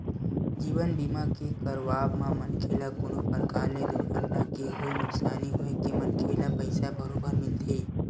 जीवन बीमा के करवाब म मनखे ल कोनो परकार ले दुरघटना के होय नुकसानी होए हे मनखे ल पइसा बरोबर मिलथे